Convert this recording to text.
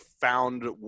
found